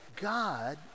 God